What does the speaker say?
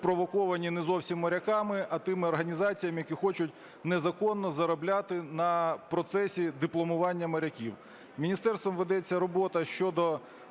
спровоковані не зовсім моряками, а тими організаціями, які хочуть незаконно заробляти на процесі дипломування моряків. Міністерством ведеться робота щодо